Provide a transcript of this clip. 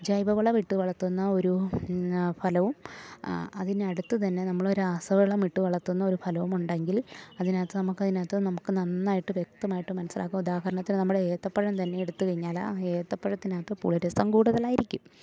ജൈവവളം ഇട്ട് വളർത്തുന്ന ഒരു ഫലവും അതിനടുത്തു തന്നെ നമ്മൾ രാസവളം ഇട്ട് വളർത്തുന്ന ഒരു ഫലവും ഉണ്ടെങ്കിൽ അതിനകത്ത് നമുക്കതിനകത്ത് നമുക്ക് നന്നായിട്ട് വ്യക്തമായിട്ട് മനസ്സിലാക്കാം ഉദാഹരണത്തിന് നമ്മുടെ ഏത്തപ്പഴം തന്നെ എടുത്തു കഴിഞ്ഞാൽ ആ ഏത്തപ്പഴത്തിനകത്ത് പുളി രസം കൂടുതലായിരിക്കും